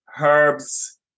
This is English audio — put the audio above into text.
herbs